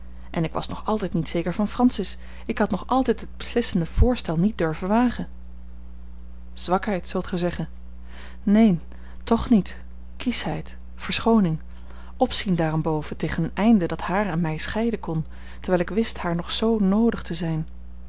en ik was nog altijd niet zeker van francis ik had nog altijd het beslissende voorstel niet durven wagen zwakheid zult gij zeggen neen toch niet kieschheid verschooning opzien daarenboven tegen een einde dat haar en mij scheiden kon terwijl ik wist haar nog zoo noodig te zijn